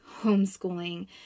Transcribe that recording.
homeschooling